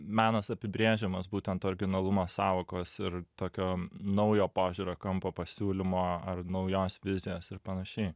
menas apibrėžiamas būtent originalumo sąvokos ir tokio naujo požiūrio kampo pasiūlymo ar naujos vizijos ir panašiai